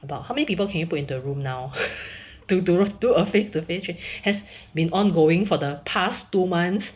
about how many people can you put into room now to to to do a face to face has been ongoing for the past two months